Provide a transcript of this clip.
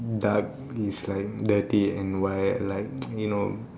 dark is like dirty and white like you know